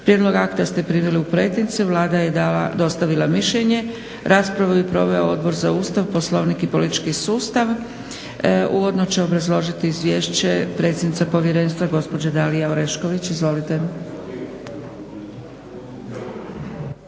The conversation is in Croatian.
Vlada Republike Hrvatske je dostavila mišljenje. Raspravu je proveo Odbor za Ustav, Poslovnik i politički sustav. Uvodno će obrazložiti izvješće predsjednica povjerenstva gospođa Dalija Orešković. Izvolite.